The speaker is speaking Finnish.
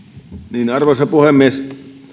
arvoisa puhemies